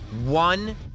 One